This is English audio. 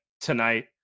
tonight